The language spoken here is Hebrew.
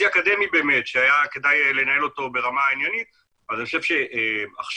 אקדמי באמת שהיה כדאי לנהל אותו ברמה עניינית אז אני חושב שעכשיו,